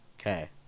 Okay